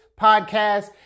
podcast